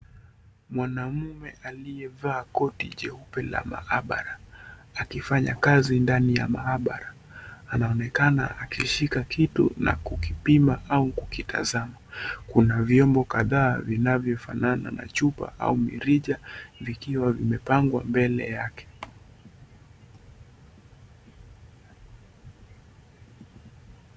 Mwanaume aliyevaa koti jeupe la maabara akifanya kazi ndani ya maabara. Anaonekana akishika kitu na kukipima au kukitazama. Kuna vyombo kadhaa vinavyofanana na chupa au mirija vikiwa vimepangwa mbele yake.